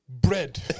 bread